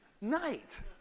night